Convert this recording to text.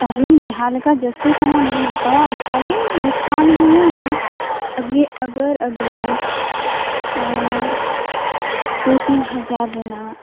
ᱟᱵᱤᱱ ᱡᱟᱦᱟᱸ ᱞᱮᱠᱟ ᱡᱟ ᱥᱛᱤ ᱥᱟᱢᱟᱱ ᱵᱤᱱ ᱦᱟᱛᱟᱣᱟ ᱚᱱᱠᱟᱜᱮ ᱰᱤᱥᱠᱟᱩᱱᱴ ᱵᱤᱱ ᱧᱟᱢᱟ ᱟᱜᱟᱨ ᱟᱵᱤᱱ ᱮᱸᱻ ᱫᱩ ᱛᱤᱱ ᱦᱟᱡᱟᱨ ᱨᱮᱱᱟᱜ